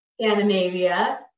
Scandinavia